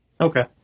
okay